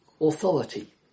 authority